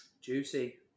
Juicy